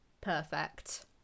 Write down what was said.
perfect